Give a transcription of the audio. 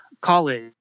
college